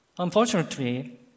Unfortunately